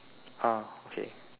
ah okay